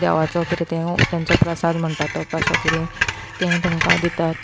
देवाचो किदें तें तांचो प्रसाद म्हणटा तो कसो किदें तें तेंकां दितात